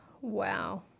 Wow